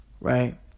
right